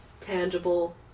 tangible